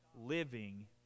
living